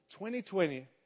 2020